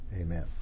Amen